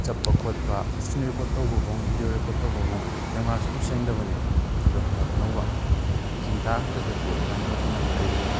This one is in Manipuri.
ꯆꯞꯄ ꯈꯣꯠꯄ ꯏꯁꯀ꯭ꯔꯤꯟ ꯔꯦꯀꯣꯔꯠ ꯇꯧꯕꯐꯥꯎ ꯚꯤꯗꯤꯌꯣ ꯔꯦꯀꯣꯔꯠ ꯇꯧꯕꯐꯥꯎ ꯑꯗꯨꯗꯩ ꯀꯦꯃꯦꯔꯥꯁꯨ ꯌꯥꯝ ꯁꯦꯡꯗꯕꯅꯤ ꯑꯗꯨꯗꯣ ꯍꯟꯗꯛ ꯑꯅꯧꯕ ꯂꯤꯁꯤꯡ ꯇꯔꯥꯈꯛꯇꯁꯨ ꯄꯤ ꯑꯦ ꯃꯥꯏ ꯅꯣꯠ ꯇꯦꯟ ꯑꯃ ꯂꯩꯔꯨꯕꯅꯤ